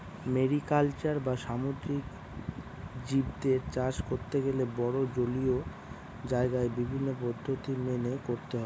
mariculture বা সামুদ্রিক জীবদের চাষ করতে গেলে বড়ো জলীয় জায়গায় বিভিন্ন পদ্ধতি মেনে করতে হয়